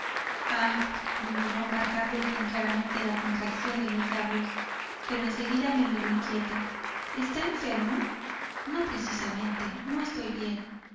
murmuró marcando bien claramente la contracción de los labios pero en seguida me miró inquieta está enfermo pst no precisamente no estoy bien